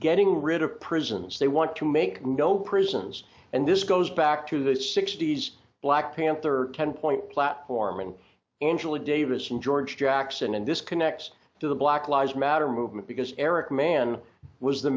getting rid of prisons they want to make no prisons and this goes back to the sixty's black panther ten point platform and angela davis and george jackson and this connects to the black lives matter movement because eric man was the